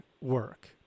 work